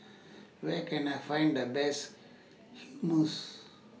Where Can I Find The Best Hummus